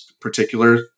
particular